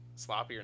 sloppier